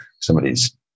somebody's